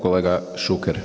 Kolega Šuker.